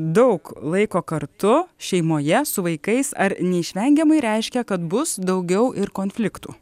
daug laiko kartu šeimoje su vaikais ar neišvengiamai reiškia kad bus daugiau ir konfliktų